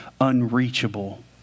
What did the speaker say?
unreachable